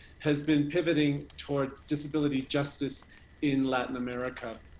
has been pivoting towards disability justice in latin america.